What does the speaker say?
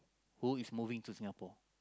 who is moving to Singapore